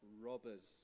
robbers